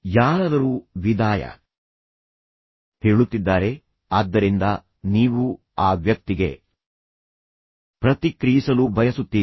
ಯಾರಾದರೂ ವಿದಾಯ ಹೇಳುತ್ತಿದ್ದಾರೆ ಆದ್ದರಿಂದ ನೀವೂ ಆ ವ್ಯಕ್ತಿಗೆ ಪ್ರತಿಕ್ರಿಯಿಸಲು ಬಯಸುತ್ತೀರಿ